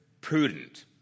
prudent